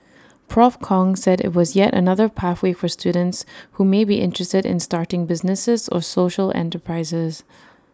Prof Kong said IT was yet another pathway for students who may be interested in starting businesses or social enterprises